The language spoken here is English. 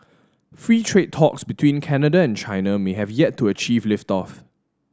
free trade talks between Canada and China may have yet to achieve lift off